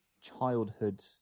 childhood